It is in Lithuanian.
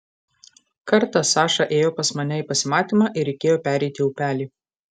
kartą saša ėjo pas mane į pasimatymą ir reikėjo pereiti upelį